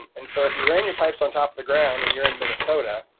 and so, if you ran your pipes on top of the ground and you're in minnesota,